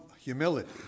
humility